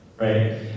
Right